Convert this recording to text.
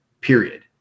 period